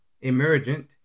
Emergent